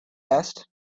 asked